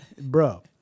bro